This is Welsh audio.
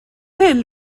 hyn